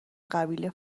قبیله